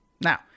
Now